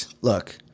look